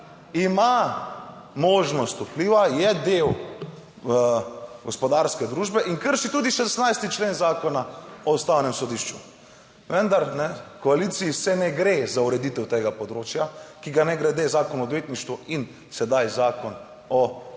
ima možnost vpliva, je del gospodarske družbe in krši tudi 16. člen Zakona o ustavnem sodišču. Vendar v koaliciji se ne gre za ureditev tega področja, ki ga, mimogrede, Zakon o odvetništvu in sedaj Zakon o